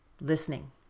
listening